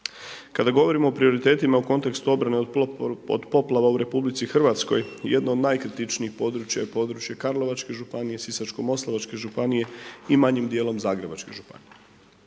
Kada govorimo o prioritetima u kontekstu obrane od poplava u RH jedno od najkritičnijih područja je područje Karlovačke županije, Sisačko-moslavačke županije i manjim dijelom Zagrebačke županije.